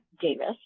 Davis